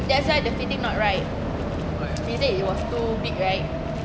that why the fitting not right they said it was too big right